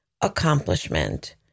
accomplishment